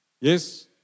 Yes